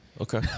Okay